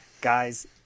Guys